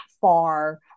far